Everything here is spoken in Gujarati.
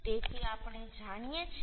તેથી આપણે જાણીએ છીએ